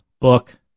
book